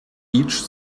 each